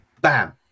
bam